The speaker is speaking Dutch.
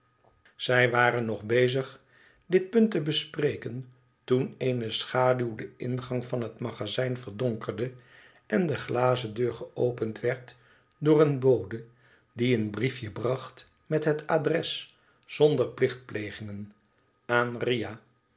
zij waren nog bezig dit punt te bespreken toen eene schaduw den ingang van het magazijn verdonkerde en de glazen deur geopend werd door een bode die een briefje bracht met het adres zonder plichtplegingen aan riah